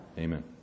Amen